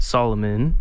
Solomon